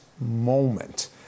moment